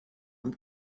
amb